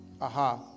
aha